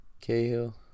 Cahill